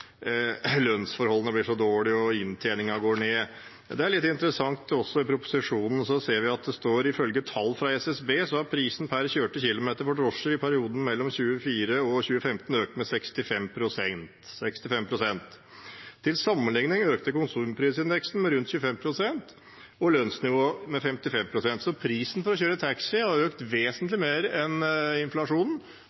lønnsforholdene blir så dårlige og inntjeningen går ned, er det litt interessant det som står i proposisjonen: «Ifølge tall fra SSB har prisen per kjørte kilometer for drosjene i perioden mellom 2004 og 2015 økt med 65 pst.» Til sammenligning økte konsumprisindeksen med rundt 25 pst. og lønnsnivået med 55 pst., så prisen for å kjøre taxi har økt